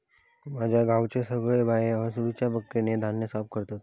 माझ्या गावचे सगळे बायो हासडुच्या प्रक्रियेन धान्य साफ करतत